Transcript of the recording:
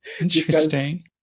Interesting